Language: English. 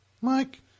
Mike